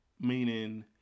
Meaning